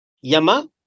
Yama